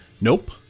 Nope